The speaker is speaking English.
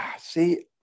See